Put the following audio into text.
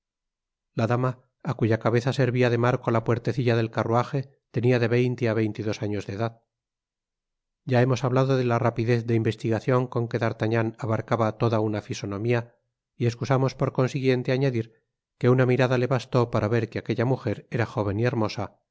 la dama á cuya cabeza servia de marco la puertecilla del carruaje tenia de veinte á veinte y dos años de edad ya hemos hablado de la rapidez de investigacion con que d'artagnan abarcaba toda una fisonomía y escusamos por consiguiente añadir que una mirada le bastó para ver que aquella mujer era jóven y hermosa